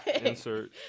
Insert